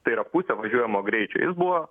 tai yra pusė važiuojamo greičio jis buvo